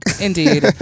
Indeed